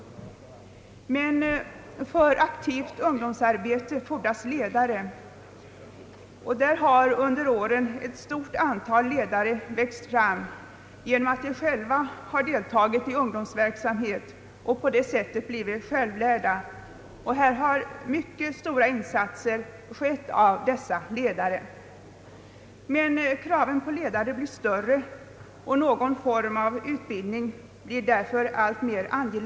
Men för aktivt ungdomsarbete fordras ledare, och under årens lopp har ett stort antal sådana växt fram. Det är ledare som själva har deltagit i ungdomsverksamhet och som på det sättet har blivit »självlärda». Dessa ledare har gjort mycket stora insatser. Kraven på ledare blir emellertid allt större. Det blir allt angelägnare att få till stånd någon form av utbildning på detta område.